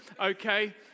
okay